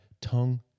tongue